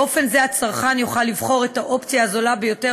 באופן זה הצרכן יכול לבחור את האופציה הזולה ביותר